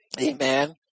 Amen